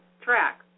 track